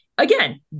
Again